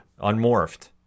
Unmorphed